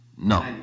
No